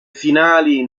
finali